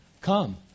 Come